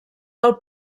del